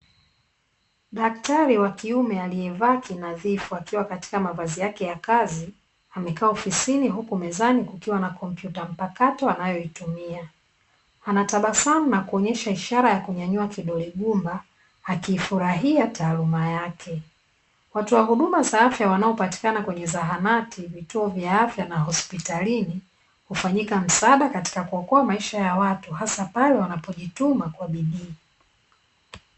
Daktari wa kiume aliyevaa kinadhifu akiwa katuka mavazi yake ya kazi amekaa ofisini huku mezani kukiwa na kompyuta mpakato anayoitumia, anatabasamu na kuonyesha ishara ya kunyanyua kidole gumba akifurahia taaluma yake. Watoa huduma za afya wanaopatikana kwenye zahanati, vituo vya afya na hospitalini hufanyika msaada katika kuokoa maisha ya watu hasa pale wanapojituma kwa bidii.